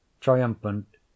triumphant